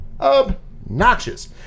obnoxious